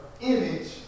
image